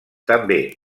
també